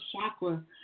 chakra